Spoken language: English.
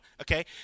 okay